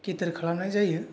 गिदिर खालामनाय जायो